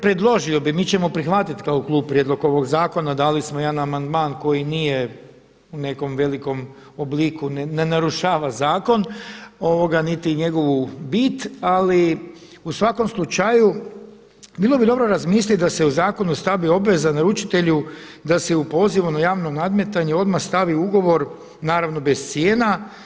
Predložio bi, mi ćemo prihvatiti kao klub prijedlog ovog zakona, dali smo jedan amandman koji nije u nekom velikom obliku, ne narušava zakon niti njegovu bit, ali u svakom slučaju bilo bi dobro razmislit da se u zakon stavi obveza naručitelju da se u pozivu na javno nadmetanje odmah stavi ugovor naravno bez cijena.